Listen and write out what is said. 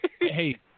hey